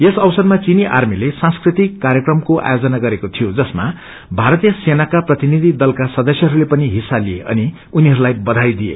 यस अवसरमा चीनी आर्मीले सांस्कृतिक कार्यक्रमको आयोजन गरेको थियो जसमा भारतीय सेनाका प्रतिनिधि दलका सदस्यहस्ले पनि हिस्सा लिए अनि उनीहरूलाई बधाई दिए